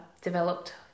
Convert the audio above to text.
developed